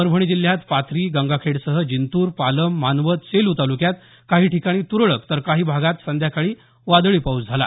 परभणी जिल्ह्यात पाथरी गंगाखेडसह जिंतूर पालम मानवत सेलू तालुक्यात काही ठिकाणी तुरळक तर काही भागात संध्याकाळी वादळी पाऊस पडला